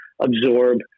absorb